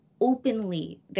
openly